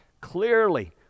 Clearly